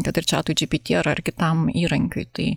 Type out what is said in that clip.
kad ir čatui džipiti ar kitam įrankiui tai